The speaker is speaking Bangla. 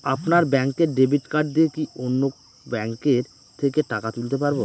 আপনার ব্যাংকের ডেবিট কার্ড দিয়ে কি অন্য ব্যাংকের থেকে টাকা তুলতে পারবো?